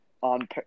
on